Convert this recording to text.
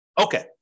Okay